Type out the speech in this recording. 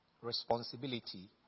responsibility